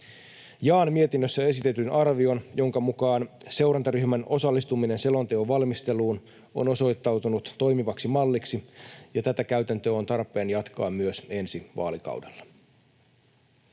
Jaan mietinnössä esitetyn arvion, jonka mukaan seurantaryhmän osallistuminen selonteon valmisteluun on osoittautunut toimivaksi malliksi ja tätä käytäntöä on tarpeen jatkaa myös ensi vaalikaudella.